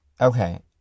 okay